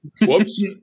whoops